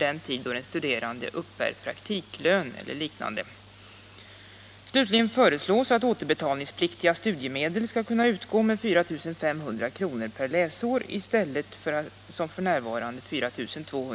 Det är klara förbättringar som görs över hela området.